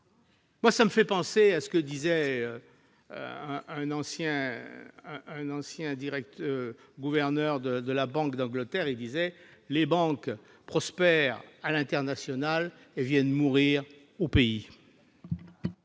Cela me fait penser à ce que disait un ancien gouverneur de la Banque d'Angleterre :« Les banques prospèrent à l'international et viennent mourir au pays.